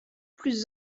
plus